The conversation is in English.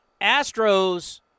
Astros